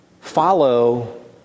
follow